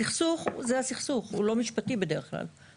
הסכסוך זה הסכסוך והוא לא משפטי בדרך כלל,